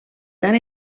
tant